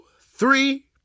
three